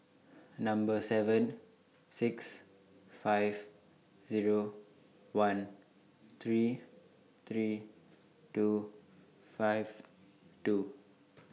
Number seven six five Zero one three three two five two